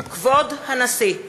כבוד הנשיא!